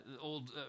old